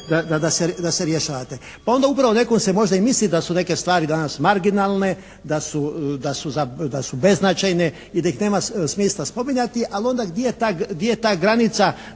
da se rješavate. Pa onda upravo netko si može i misliti da su neke stvari danas marginalne, da su beznačajne i da ih nema smisla spominjati, ali onda gdje je ta granica